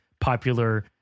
popular